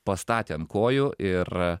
pastatė ant kojų ir